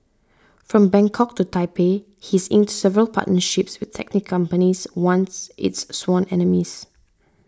from Bangkok to Taipei he's inked several partnerships with taxi companies once its sworn enemies